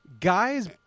Guys